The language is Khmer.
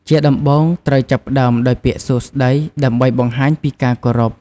ជាដំបូង ត្រូវចាប់ផ្ដើមដោយពាក្យ "សួស្ដី" ដើម្បីបង្ហាញពីការគោរព។